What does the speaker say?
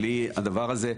בלי הדבר הזה,